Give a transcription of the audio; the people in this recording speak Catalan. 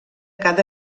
cada